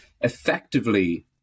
effectively